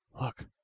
Look